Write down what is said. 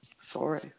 Sorry